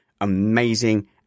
amazing